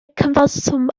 cyfanswm